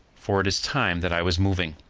for it is time that i was moving.